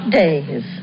days